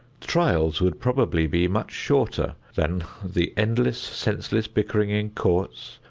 trials would probably be much shorter than the endless, senseless bickering in courts,